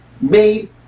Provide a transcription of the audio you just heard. made